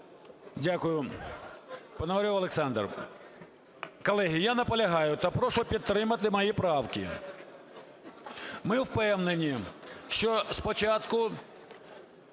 Дякую. Пономарьов Олександр. Колеги, я наполягаю та прошу підтримати мої правки. Ми впевнені, що спочатку